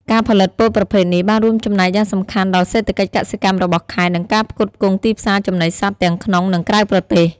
ការផលិតពោតប្រភេទនេះបានរួមចំណែកយ៉ាងសំខាន់ដល់សេដ្ឋកិច្ចកសិកម្មរបស់ខេត្ត និងការផ្គត់ផ្គង់ទីផ្សារចំណីសត្វទាំងក្នុង និងក្រៅប្រទេស។